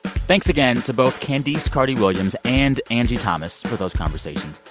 thanks again to both candice carty-williams and angie thomas for those conversations.